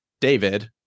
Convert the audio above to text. David